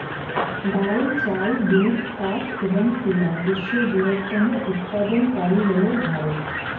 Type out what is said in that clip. ডাল, চাল, দুধ, পাট এবং তুলা বিশ্বের বৃহত্তম উৎপাদনকারী হল ভারত